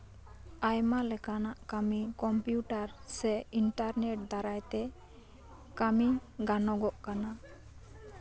ᱟᱭᱢᱟ ᱞᱮᱠᱟᱱᱟᱜ ᱠᱟᱹᱢᱤ ᱠᱚᱢᱯᱤᱭᱩᱴᱟᱨ ᱥᱮ ᱤᱱᱴᱟᱨᱱᱮᱴ ᱫᱟᱨᱟᱭᱛᱮ ᱠᱟᱹᱢᱤ ᱜᱟᱱᱚᱜᱚᱜ ᱠᱟᱱᱟ